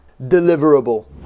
Deliverable